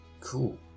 Cool